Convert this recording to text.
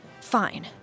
Fine